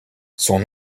son